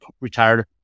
retired